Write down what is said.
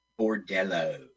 Bordello